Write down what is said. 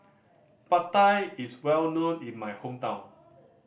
Pad Thai is well known in my hometown